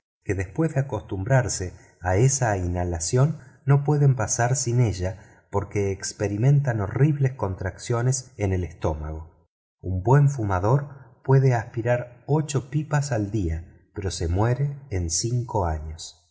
en todas partes entregándose a esa inhalación no pueden pasar sin ella porque experimentan horribles contracciones en el estómago un buen fumador puede aspirar ocho pipas al día pero se muere en cinco años